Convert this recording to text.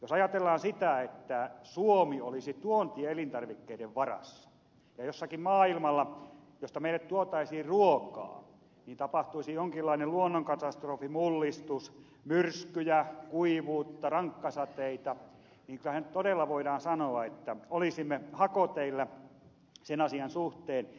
jos ajatellaan sitä että suomi olisi tuontielintarvikkeiden varassa ja jossakin maailmalla josta meille tuotaisiin ruokaa tapahtuisi jonkinlainen luonnonkatastrofi mullistus myrskyjä kuivuutta rankkasateita niin kyllähän todella voidaan sanoa että olisimme hakoteillä sen asian suhteen